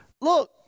Look